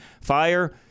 fire